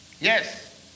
Yes